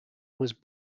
was